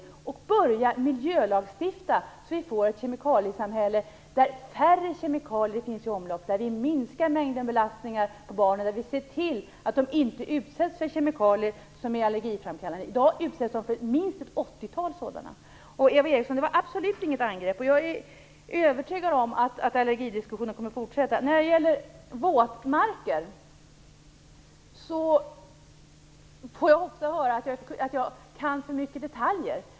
I stället måste man börja miljölagstifta så att vi får ett samhälle där färre kemikalier finns i omlopp och där vi minskar mängden belastningar på barnen och ser till att de inte utsätts för kemikalier som är allergiframkallande. I dag utsätts de för minst ett åttiotal sådana. Det var absolut inget angrepp på Eva Eriksson. Jag är övertygad om att allergidiskussionerna kommer att fortsätta. När det gäller våtmarker får jag ofta höra att jag kan för mycket detaljer.